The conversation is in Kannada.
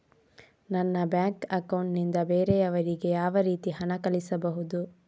ನನ್ನ ಬ್ಯಾಂಕ್ ಅಕೌಂಟ್ ನಿಂದ ಬೇರೆಯವರಿಗೆ ಯಾವ ರೀತಿ ಹಣ ಕಳಿಸಬಹುದು?